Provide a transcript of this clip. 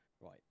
right